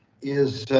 is,